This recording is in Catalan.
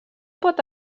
pot